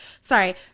sorry